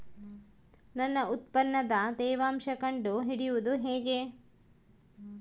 ನನ್ನ ಉತ್ಪನ್ನದ ತೇವಾಂಶ ಕಂಡು ಹಿಡಿಯುವುದು ಹೇಗೆ?